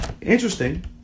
interesting